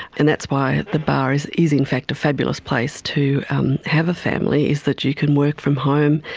and that's why the bar is is in fact a fabulous place to have a family, is that you can work from home.